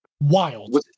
wild